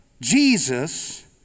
Jesus